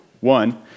One